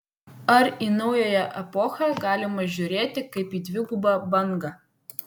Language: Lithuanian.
ar į naująją epochą galima žiūrėti kaip į dvigubą bangą